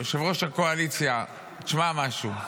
ראש הקואליציה, תשמע משהו.